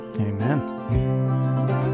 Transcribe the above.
Amen